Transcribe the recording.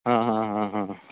ਹਾਂ ਹਾਂ ਹਾਂ ਹਾਂ